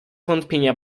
wątpienia